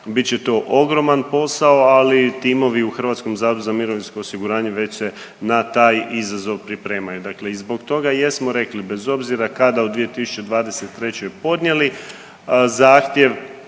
će to ogroman posao, ali timovi u HZMO-u već se na taj izazov pripremaju, dakle i zbog toga i jesmo rekli bez obzira kada u 2023. podnijeli zahtjev